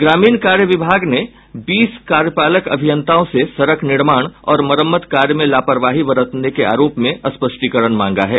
ग्रामीण कार्य विभाग ने बीस कार्यपालक अभियंताओं से सड़क निर्माण और मरम्मत कार्य में लापरवाही बरतने के आरोप में स्पष्टीकरण मांगा है